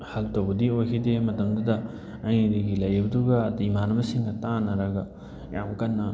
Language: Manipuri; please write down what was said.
ꯍꯦꯜꯞ ꯇꯧꯕꯗꯤ ꯑꯣꯏꯈꯤꯗꯦ ꯃꯇꯝꯗꯨꯗ ꯑꯩꯉꯣꯟꯗꯒꯤ ꯂꯩꯔꯤꯕꯗꯨꯒ ꯑꯗꯒꯤ ꯏꯃꯥꯟꯅꯕꯁꯤꯡꯒ ꯇꯥꯟꯅꯔꯒ ꯌꯥꯝ ꯀꯟꯅ